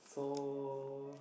so